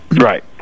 Right